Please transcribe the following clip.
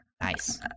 Nice